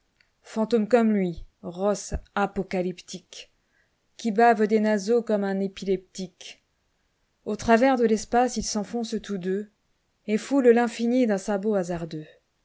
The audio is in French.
fantôme comme lui rosse apocalyptique qui bave des naseaux comme un épileptique au travers de l'espace ils s'enfoncent tous deux et foulent l'infini d'un sabot hasardeux